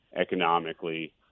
economically